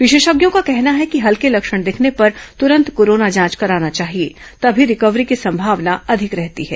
विशेषज्ञों का कहना है कि हल्के लक्षण दिखने पर तुरंत कोरोना जांच कराना चाहिए तभी रिकवरी की संभावना अधिक रहती है